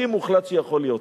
הכי מוחלט שיכול להיות.